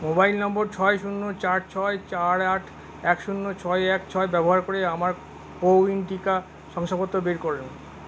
mobile নম্বর ছয় শূন্য চার ছয় চার আট এক শূন্য ছয় এক ছয় ব্যবহার করে আমার কো উইন টিকা শংসাপত্র বের করে